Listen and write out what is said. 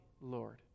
Lord